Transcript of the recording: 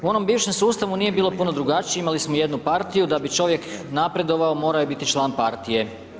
U onom bivšem sustavu nije bilo puno drugačije, imali smo jednu partiju da bi čovjek napredovao morao je biti član partije.